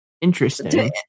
Interesting